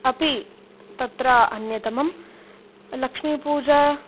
अपि तत्र अन्यतमा लक्ष्मीपूजा